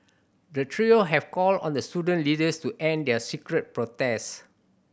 the trio have called on the student leaders to end their street protest